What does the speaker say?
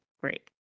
Great